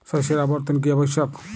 শস্যের আবর্তন কী আবশ্যক?